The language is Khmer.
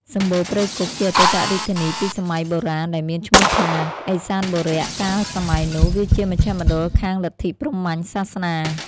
សម្បូណ៌ព្រៃគុហ៍ជាអតីតរាជធានីពីសម័យបុរាណ ដែលមានឈ្មោះថា ឥសានបុរៈ កាលសម័យនោះ វាជាមជ្ឈមណ្ឌលខាងលទ្ធិ ព្រហ្មញ្ញសាសនា។